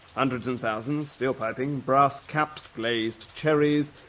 hundreds and thousands. steel piping. brass caps. glazed cherries.